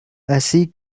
así